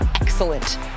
excellent